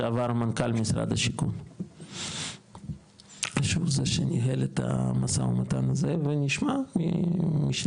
לשעבר מנכ"ל משרד השיכון שהוא זה שניהל את המשא ומתן הזה ונשמע משניהם,